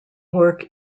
work